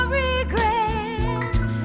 regret